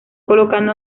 colocado